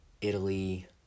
Italy